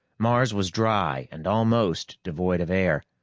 mars was dry and almost devoid of air,